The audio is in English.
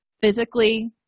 physically